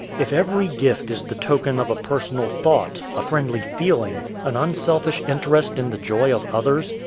if every gift is the token of a personal thought, a friendly feeling, an unselfish interest in the joy of others,